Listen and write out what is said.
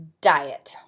diet